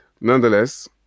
nonetheless